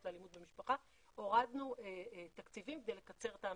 לאלימות במשפחה הורדנו תקציבים כדי לקצר את ההמתנות,